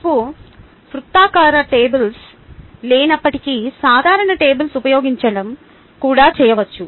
మీకు వృత్తాకార టేబుల్స్ లేనప్పటికీ సాధారణ టేబుల్స్ను ఉపయోగించడం కూడా చేయవచ్చు